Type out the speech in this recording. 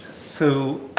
so.